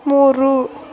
ಮೂರು